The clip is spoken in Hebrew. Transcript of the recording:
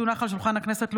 של חבר הכנסת צביקה פוגל.